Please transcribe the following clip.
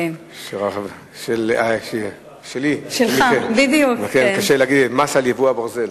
שלי, מס על ייבוא הברזל.